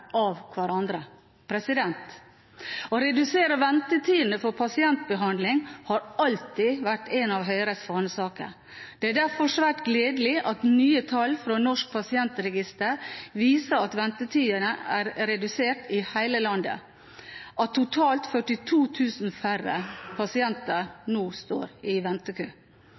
av hverandre. Å redusere ventetiden for pasientbehandling har alltid vært en av Høyres fanesaker. Det er derfor svært gledelig at nye tall fra Norsk Pasientregister viser at ventetiden er redusert i hele landet, at totalt 42 000 færre nå står i